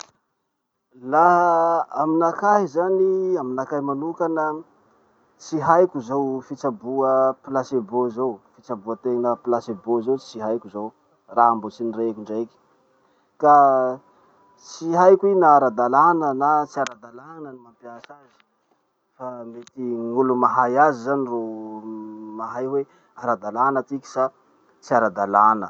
Laha aminakahy zany, aminakahy manokana. Tsy haiko zao fitsaboa placebo zao. Fitsaboatena placebo zao tsy haiko zao, raha mbo tsy nireko ndraiky. Ka tsy haiko i na ara-dalàna na tsy ara-dalàna ny mampiasa azy fa mety gn'olo mahay azy zany ro mahay hoe ara-dalàna tiky sa tsy ara-dalàna.